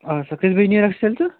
اَچھا کٔژِ بَجہِ نیرَکھ تیٚلہِ ژٕ